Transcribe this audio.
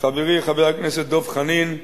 חברי חבר הכנסת דב חנין.